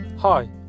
Hi